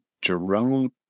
Jerome